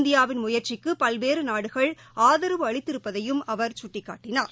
இந்தியாவின் முயற்சிக்கு பல்வேறு நாடுகள் ஆதரவு அளித்திருப்பதையும் அவர் சுட்டிக்காட்டினார்